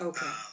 Okay